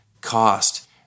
cost